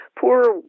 poor